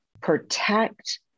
protect